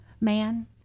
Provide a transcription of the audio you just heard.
Man